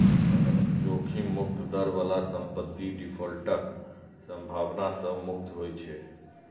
जोखिम मुक्त दर बला संपत्ति डिफॉल्टक संभावना सं मुक्त होइ छै